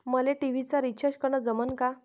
मले टी.व्ही चा रिचार्ज करन जमन का?